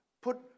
put